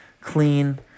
clean